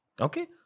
Okay